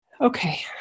Okay